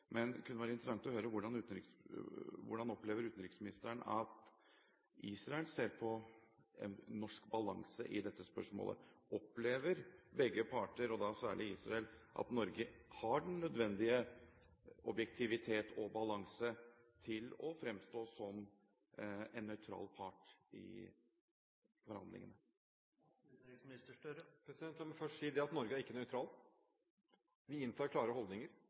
Men det kunne vært interessant å høre hvordan utenriksministeren opplever at Israel ser på norsk balanse i dette spørsmålet. Opplever begge parter – særlig Israel – at Norge har den nødvendige objektivitet og balanse for å fremstå som en nøytral part i forhandlingene? La meg først si at Norge er ikke nøytralt. Vi inntar klare holdninger,